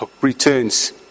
returns